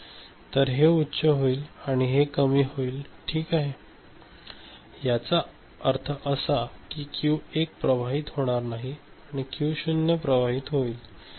तर हे उच्च होईल आणि हे कमी होईल ठीक आहे याचा अर्थ असा की क्यू 1 प्रवाहित होणार नाही आणि क्यू0 प्रवाहित होईल